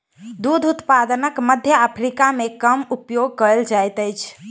दूध उत्पादनक मध्य अफ्रीका मे कम उपयोग कयल जाइत अछि